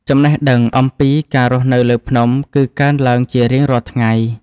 ចំណេះដឹងអំពីការរស់នៅលើភ្នំ គឺកើនឡើងជារៀងរាល់ថ្ងៃ។